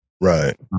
right